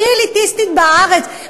הכי אליטיסטית בארץ,